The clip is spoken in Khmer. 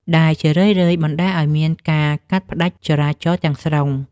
ដែលជារឿយៗបណ្ដាលឱ្យមានការកាត់ផ្ដាច់ចរាចរណ៍ទាំងស្រុង។